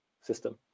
system